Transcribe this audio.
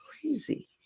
crazy